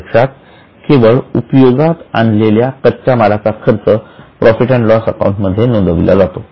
प्रत्यक्षात केवळ उपयोगात आणलेल्या कच्च्या मालाचा खर्च प्रॉफिट अँड लॉस अकाउंट मध्ये नोंदविला जातो